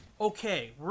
okay